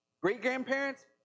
Great-grandparents